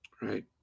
right